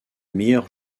meilleures